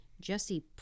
Jesse